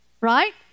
Right